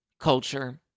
Culture